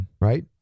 Right